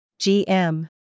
GM